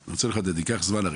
אני רוצה לחדד, זה ייקח זמן.